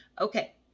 Okay